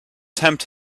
tempt